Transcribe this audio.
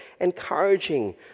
encouraging